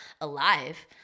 alive